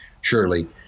surely